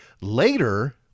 later